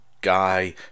guy